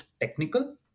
technical